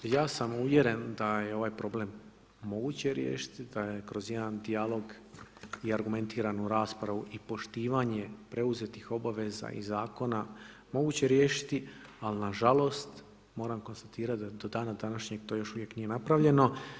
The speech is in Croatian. Ja sam uvjeren da je ovaj problem moguće riješiti, da je kroz jedan dijalog i argumentiranu raspravu i poštivanje preuzetih obaveza i zakona, moguće riješiti, ali nažalost, moram konstatirati da do dana današnjeg to još uvijek nije napravljeno.